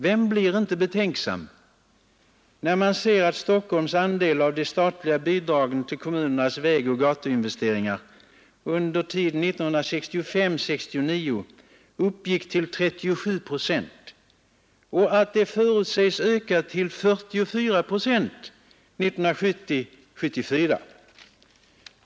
Vem blir inte betänksam när man ser att Stockholms andel av de statliga bidragen till kommunernas vägoch gatuinvesteringar under tiden 1965—1969 uppgick till 37 procent — och att den förutses öka till 44 procent 1970-1974.